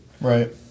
Right